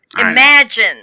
imagine